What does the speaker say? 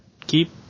keep